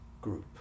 group